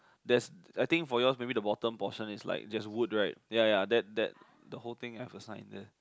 that's I think for you all maybe the bottom portion there's wood right ya ya that that the whole thing emphasize is it